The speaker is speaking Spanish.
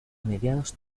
mediados